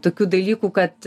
tokių dalykų kad